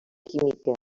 química